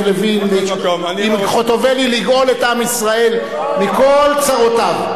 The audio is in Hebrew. לוין עם חוטובלי לגאול את עם ישראל מכל צרותיו.